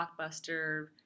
blockbuster